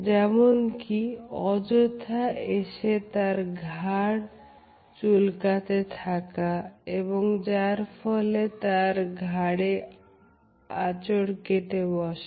যেমন কি অযথা এসে তার ঘাড় চুলকাতে থাকে এবং যার ফলে সে তার ঘাড়ে আচর কেটে বসে